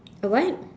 a what